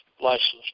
license